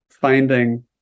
finding